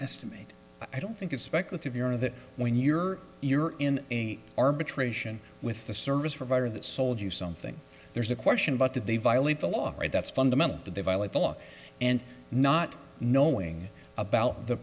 estimate i don't think it's speculative you're that when you're you're in an arbitration with the service provider that sold you something there's a question about that they violate the law right that's fundamental that they violate the law and not knowing about the